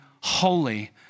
holy